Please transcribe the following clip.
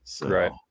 Right